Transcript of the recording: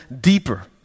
deeper